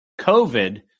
COVID